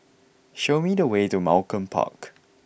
show me the way to Malcolm Park